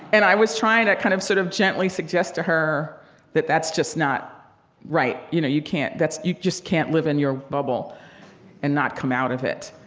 and i was trying to kind of sort of gently suggest to her that that's just not right. you know, you can't that's you just can't live in your bubble and not come out of it